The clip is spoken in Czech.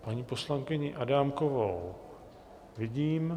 Paní poslankyni Adámkovou vidím...